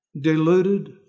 Deluded